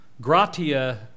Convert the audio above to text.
Gratia